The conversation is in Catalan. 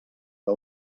que